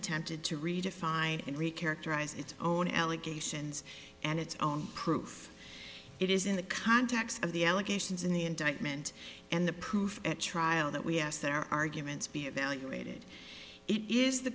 attempted to redefine and re characterize its own allegations and its own proof it is in the context of the allegations in the indictment and the proof at trial that we ask that our arguments be evaluated it is the